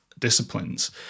disciplines